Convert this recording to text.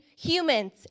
humans